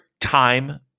time